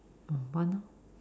oh one lor